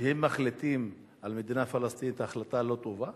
כשהם מחליטים על מדינה פלסטינית החלטה לא טובה,